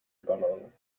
übernommen